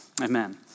amen